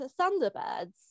Thunderbirds